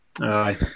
Aye